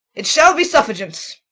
it shall be suffigance.